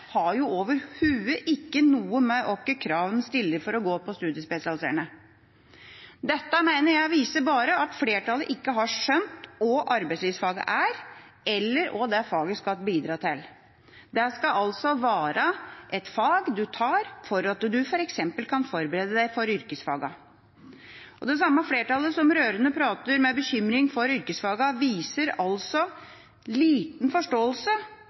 har jo overhodet ikke noe med hvilke krav man stiller for å gå studiespesialiserende. Dette mener jeg bare viser at flertallet ikke har skjønt hva arbeidslivsfag er, eller hva faget skal bidra til. Det skal altså være et fag man tar for at man f.eks. kan forberede seg for yrkesfagene. Det samme flertallet, som rørende snakker med bekymring for yrkesfagene, viser liten forståelse